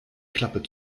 klappe